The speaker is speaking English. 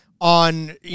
on